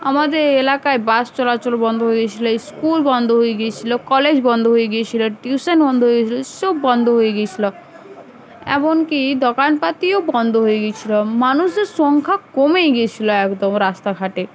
আমাদের এলাকায় বাস চলাচল বন্ধ হয়ে গিয়েছিলো স্কুল বন্ধ হয়ে গিয়েছিলো কলেজ বন্ধ হয়ে গিয়েছিলো টিউশন বন্ধ হয়ে গিয়েছিলো সব বন্ধ হয়ে গিয়েছিলো এমনকি দোকানপাতিও বন্ধ হয়ে গিয়েছিলো মানুষের সংখ্যা কমেই গেছিলো একদম রাস্তাঘাটে